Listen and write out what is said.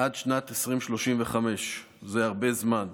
עד שנת 2035. זה הרבה זמן.